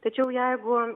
tačiau jeigu